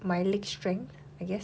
my leg strength I guess